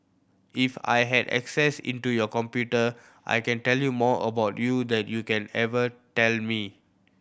if I had access into your computer I can tell you more about you than you can ever tell me